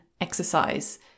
exercise